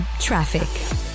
Traffic